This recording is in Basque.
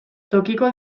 tokiko